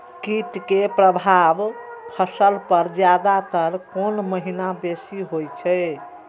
कीट के प्रभाव फसल पर ज्यादा तर कोन महीना बेसी होई छै?